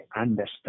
understand